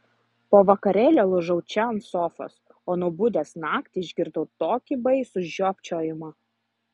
po vakarėlio lūžau čia ant sofos o nubudęs naktį išgirdau tokį baisų žiopčiojimą